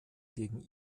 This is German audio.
gegen